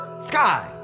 Sky